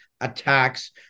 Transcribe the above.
attacks